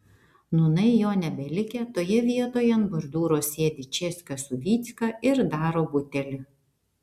nūnai jo nebelikę toje vietoje ant bordiūro sėdi česka su vycka ir daro butelį